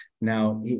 Now